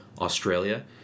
Australia